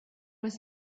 was